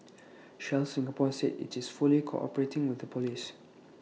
Shell Singapore said IT is fully cooperating with the Police